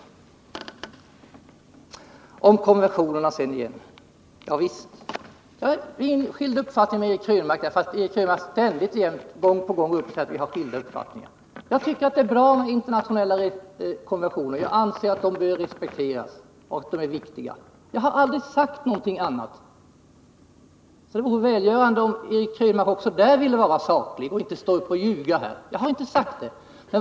Beträffande konventionerna vill jag säga att Eric Krönmark ständigt och jämt framhåller att vi har skilda uppfattningar. Jag tycker att det är bra med internationella konventioner, och jag anser att de bör respekteras och att de är viktiga. Jag har aldrig sagt något annat. Det vore välgörande för diskussionen om Eric Krönmark också där ville vara saklig och inte ljuga. Jag har inte sagt något sådant som här läggs mig till last.